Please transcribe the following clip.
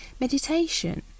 meditation